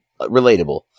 relatable